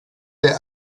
der